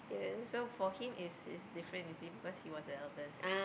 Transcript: so for him is is different you see because he was the eldest